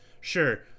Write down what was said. sure